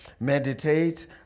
Meditate